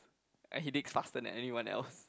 and he digs faster than anyone else